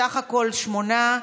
סך הכול שמונה.